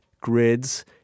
grids